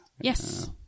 Yes